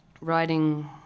writing